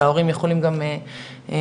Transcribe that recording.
שההורים יכולים גם לשלוח,